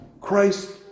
Christ